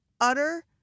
utter